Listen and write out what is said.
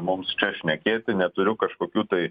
mums čia šnekėti neturiu kažkokių tai